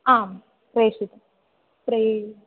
आं प्रेषितं प्रे